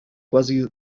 quasi